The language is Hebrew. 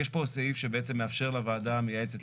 יש פה סעיף שבעצם מאפר לוועדה המייעצת